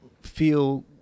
feel